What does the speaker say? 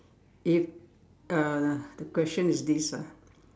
if uh the question is this ah